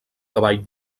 cavall